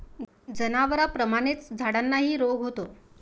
जनावरांप्रमाणेच झाडांनाही रोग होतो